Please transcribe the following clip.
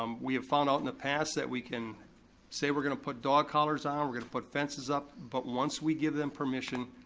um we have found out in the past that we can say we're gonna put dog collars on them, we're gonna put fences up, but once we give them permission,